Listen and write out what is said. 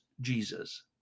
Jesus